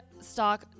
stock